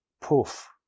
poof